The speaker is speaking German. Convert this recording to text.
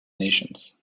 nations